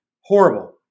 horrible